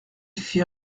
fit